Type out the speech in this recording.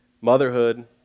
motherhood